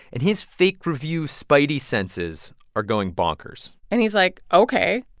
and his fake review spidey senses are going bonkers and he's like, ok,